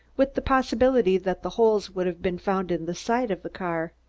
with the probability that the holes would have been found in the side of the car.